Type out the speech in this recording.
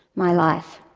my life.